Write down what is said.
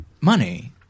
money